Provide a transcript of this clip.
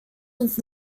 was